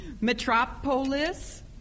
Metropolis